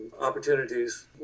opportunities